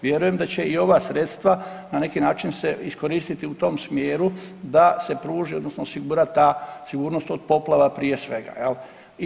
Vjerujem da će i ova sredstva na neki način se iskoristiti u tom smjeru da se pruži odnosno osigura ta sigurnost od poplava prije svega jel.